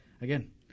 again